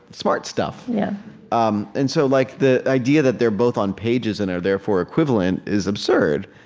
smart stuff? yeah um and so like the idea that they're both on pages and are therefore equivalent is absurd,